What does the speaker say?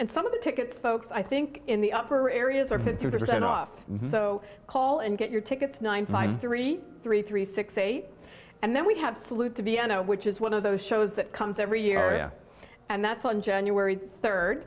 and some of the tickets folks i think in the upper areas are fifty percent off so call and get your tickets ninety five three three three six eight and then we have salute to b n which is one of those shows that comes every year and that's on january third